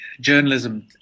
journalism